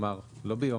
כלומר לא היום,